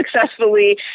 successfully